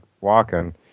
walking